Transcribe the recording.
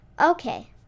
Okay